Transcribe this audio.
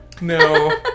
no